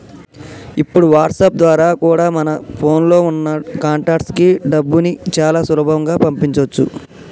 ఇప్పుడు వాట్సాప్ ద్వారా కూడా మన ఫోన్ లో ఉన్న కాంటాక్ట్స్ కి డబ్బుని చాలా సులభంగా పంపించొచ్చు